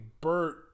Bert